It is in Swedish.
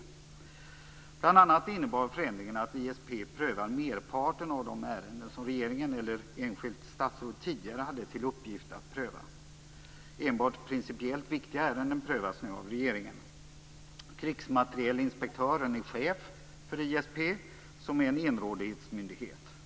Förändringen innebar bl.a. att ISP prövar merparten av de ärenden som regeringen eller ett enskilt statsråd tidigare hade till uppgift att pröva. Enbart principiellt viktiga ärenden prövas nu av regeringen. Krigsmaterielinspektören är chef för ISP, som är en enrådighetsmyndighet.